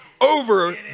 over